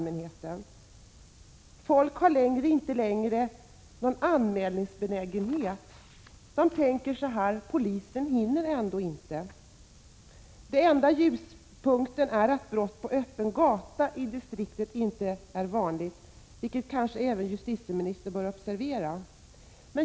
Människor är inte längre benägna att göra anmälningar. De tänker: Polisen hinner ändå inte. Den enda ljuspunkten är att brott på öppen gata i Huddingedistriktet inte är vanliga, vilket kanske även justitieministern bör observera.